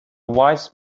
wise